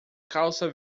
calça